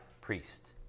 priest